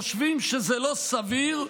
חושבים שזה לא סביר,